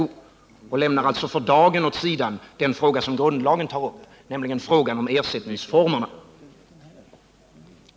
För dagen lämnas alltså den fråga åt sidan som grundlagen tar upp, nämligen frågan om ersättningsformerna.